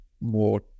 more